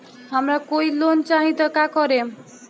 हमरा कोई लोन चाही त का करेम?